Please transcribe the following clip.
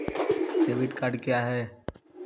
Debit card क्या है?